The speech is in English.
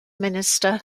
minister